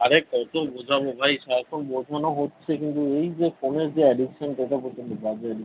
আরে কতো বোঝাবো ভাই সারাক্ষণ বোঝানো হচ্ছে কিন্তু এই যে ফোনের যে অ্যাডিকশান এটা প্রচন্ড বাজে অ্যাডিকশান